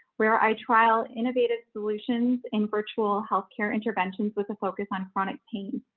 where i trial innovative solutions in virtual healthcare interventions with a focus on chronic pain.